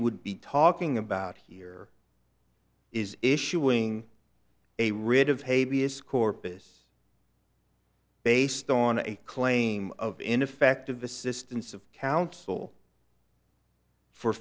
would be talking about here is issuing a writ of habeas corpus based on a claim of ineffective assistance of counsel for